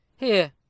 Here